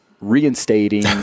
reinstating